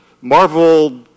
Marvel